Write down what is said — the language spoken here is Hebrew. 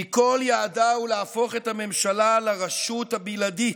כי כל יעדה הוא להפוך את הממשלה לרשות הבלעדית,